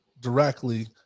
directly